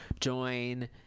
join